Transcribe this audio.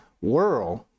world